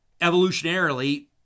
Evolutionarily